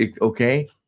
okay